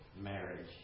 marriage